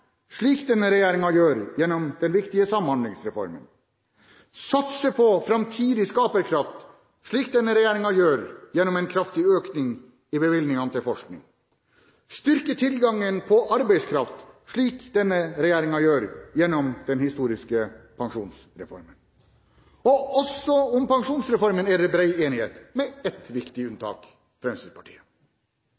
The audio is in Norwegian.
slik denne regjeringen gjør gjennom den viktige Samhandlingsreformen. Vi må satse på framtidig skaperkraft, slik denne regjeringen gjør gjennom en kraftig økning i bevilgningene til forskning. Vi må styrke tilgangen på arbeidskraft, slik denne regjeringen gjør gjennom den historiske pensjonsreformen. Også om pensjonsreformen er det bred enighet, med ett viktig